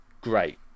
great